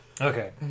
Okay